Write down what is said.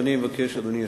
אני מבקש, אדוני היושב-ראש,